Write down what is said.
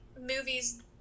movies